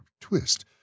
twist